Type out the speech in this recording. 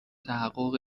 تحقق